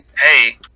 Hey